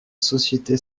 société